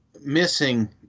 missing